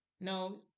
No